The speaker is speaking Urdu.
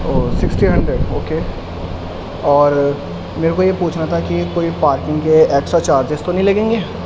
او سکسٹی ہنڈریڈ اوکے اور میرے کو یہ پوچھنا تھا کہ کوئی پارکنگ کے ایکسٹرا چارجز تو نہیں لگیں گے